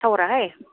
tower आहाय